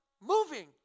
moving